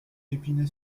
épinay